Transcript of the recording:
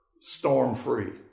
storm-free